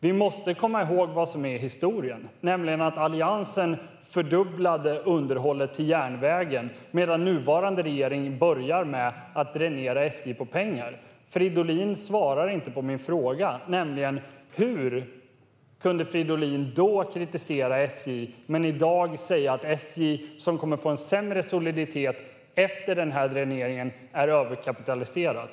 Vi måste komma ihåg vad som är historien, nämligen att Alliansen fördubblade underhållet till järnvägen medan nuvarande regering börjar med att dränera SJ på pengar. Fridolin svarar inte på min fråga, det vill säga hur Fridolin kunde kritisera SJ då men i dag säga att SJ - som kommer att få en sämre soliditet efter den här dräneringen - är överkapitaliserat.